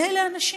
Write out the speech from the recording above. אלה האנשים.